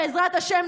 בעזרת השם,